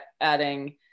adding